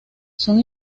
son